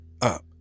up